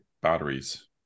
batteries